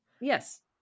Yes